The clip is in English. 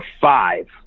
five